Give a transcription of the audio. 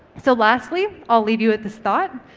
so lastly, i'll leave you with this thought.